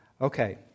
Okay